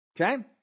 Okay